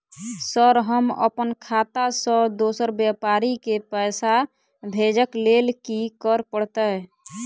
Sir हम अप्पन खाता सऽ दोसर व्यापारी केँ पैसा भेजक लेल की करऽ पड़तै?